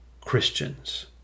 Christians